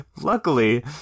Luckily